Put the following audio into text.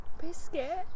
Biscuit